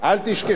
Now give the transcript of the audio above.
תודה רבה.